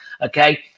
Okay